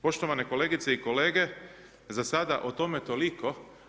Poštovane kolegice i kolege, za sada o tome toliko.